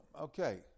okay